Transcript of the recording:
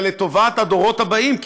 אלא לטובת הדורות הבאים.